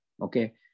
Okay